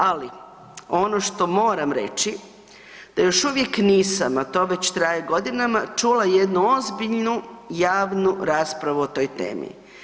Ali, ono što moram reći, da još uvijek nisam, a to već traje godinama, čula jednu ozbiljnu javnu raspravu o toj temi.